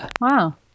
Wow